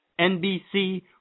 NBC